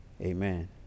Amen